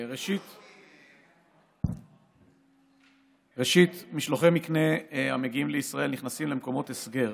1. משלוחי מקנה המגיעים לישראל נכנסים למקומות הסגר